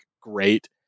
great